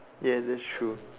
ya that's true